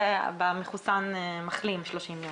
זה במחוסן/מחלים, 30 יום.